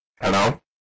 Hello